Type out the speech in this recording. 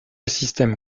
système